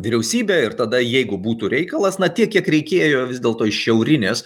vyriausybe ir tada jeigu būtų reikalas na tiek kiek reikėjo vis dėlto iš šiaurinės